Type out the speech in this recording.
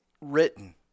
written